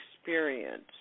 experience